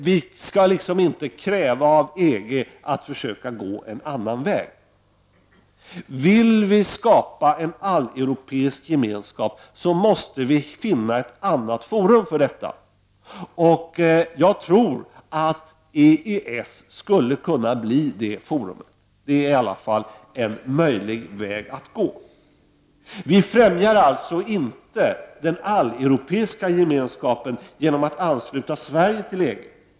Vi skall inte kräva att EG försöker gå en annan väg. Vill vi skapa en alleuropeisk gemenskap måste vi finna ett annat forum. Jag tror att EES skulle kunna bli det forumet. Det är i alla fall en möjlig väg att gå. Vi främjar alltså inte den alleuropeiska gemenskapen genom att ansluta Sverige till EG.